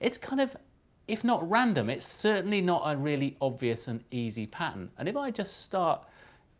it's kind of if not random, it's certainly not a really obvious and easy pattern. and if just start